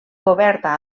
coberta